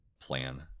plan